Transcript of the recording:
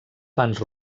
pans